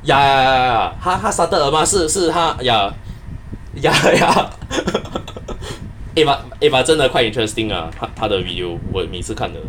ya ya ya ya 她 started 的 mah 是是她 ya ya eh but eh but 真的 quite interesting ah 她她她的 review 我每次看的